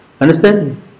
understand